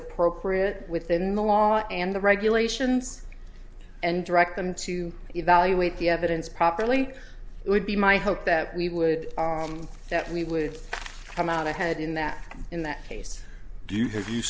appropriate within the law and the regulations and direct them to evaluate the evidence properly it would be my hope that we would that we would come out ahead in that in that case do you have you